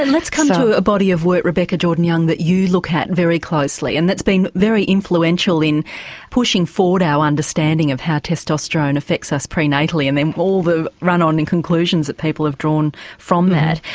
and let's come to ah a body of work, rebecca jordan-young, that you look at very closely, and it's been very influential in pushing forward our understanding of how testosterone effects us prenatally, and then all the run-on and conclusions that people have drawn from that.